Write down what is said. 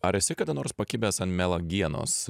ar esi kada nors pakibęs ant melagienos